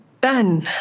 Ben